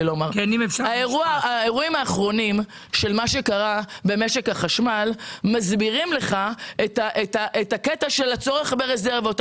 האירועים האחרונים שקרו במשק החשמל מסבירים לך את הצורך ברזרבות.